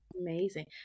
amazing